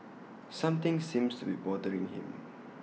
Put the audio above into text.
something seems to be bothering him